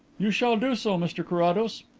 you shall do so, mr carrados.